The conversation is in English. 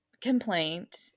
complaint